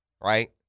right